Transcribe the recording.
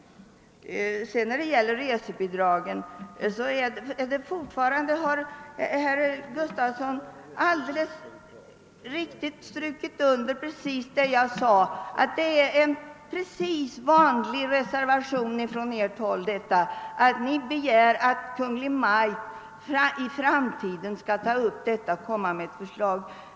När det gäller resetillägget har herr Gustavsson i Alvesta strukit under vad jag tidigare sade, nämligen att detta är en precis vanlig reservation från ert håll; ni begär att Kungl. Maj:t i framtiden skall ta upp denna fråga och komma med ett förslag.